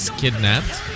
kidnapped